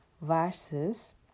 versus